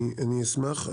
אני אשמח.